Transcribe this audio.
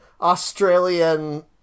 Australian